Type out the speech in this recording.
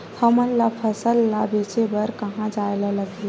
हमन ला फसल ला बेचे बर कहां जाये ला लगही?